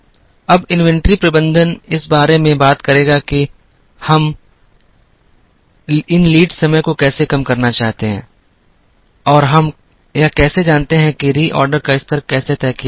अब इन्वेंट्री प्रबंधन इस बारे में बात करेगा कि हम इन लीड समय को कैसे कम करना चाहते हैं और हम यह कैसे जानते हैं कि रीऑर्डर का स्तर कैसे तय किया जाना है